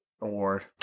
Award